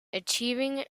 achieving